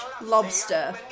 lobster